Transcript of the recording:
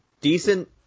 decent